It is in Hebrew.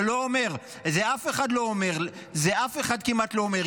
זה לא אומר, את זה אף אחד כמעט לא אומר.